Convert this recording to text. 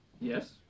Yes